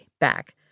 back